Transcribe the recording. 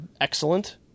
Excellent